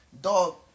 Dog